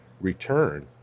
return